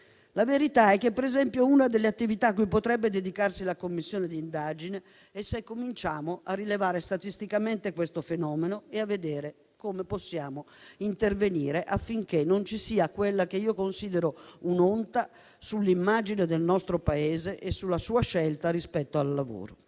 La verità è che, per esempio, una delle attività a cui potrebbe dedicarsi la Commissione di indagine è iniziare a rilevare statisticamente questo fenomeno e a vedere come possiamo intervenire affinché non ci sia quella che io considero un'onta sull'immagine del nostro Paese e sulla sua scelta rispetto al lavoro.